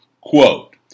Quote